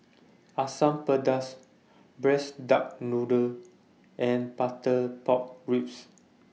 Asam Pedas Braised Duck Noodle and Butter Pork Ribs